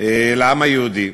לעם היהודי.